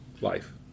life